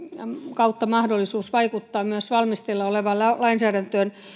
kautta mahdollisuus vaikuttaa myös valmisteilla olevaan lainsäädäntöön